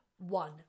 one